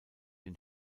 den